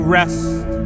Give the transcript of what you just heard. rest